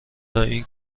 تااین